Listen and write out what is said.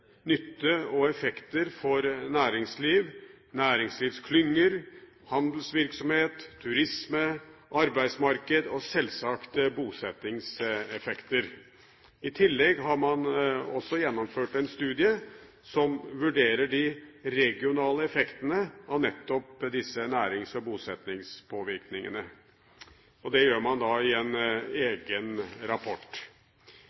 nytte og effekter for næringsliv, næringslivsklynger, handelsvirksomhet, turisme, arbeidsmarked og, selvsagt, bosetting. I tillegg har man gjennomført en studie der man vurderer de regionale effektene av nettopp disse nærings- og bosettingspåvirkningene. Det gjør man i en